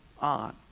on